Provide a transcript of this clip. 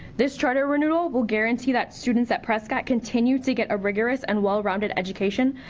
this charter renewal will guarantee that students at prescott continue to get a rigorous and well-rounded education.